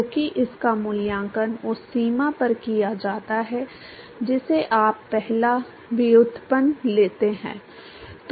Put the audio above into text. क्योंकि इसका मूल्यांकन उस सीमा पर किया जाता है जिसे आप पहला व्युत्पन्न लेते हैं